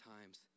times